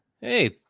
hey